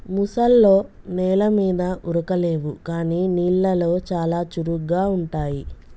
ముసల్లో నెల మీద ఉరకలేవు కానీ నీళ్లలో చాలా చురుగ్గా ఉంటాయి